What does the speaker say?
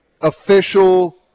official